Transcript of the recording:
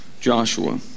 Joshua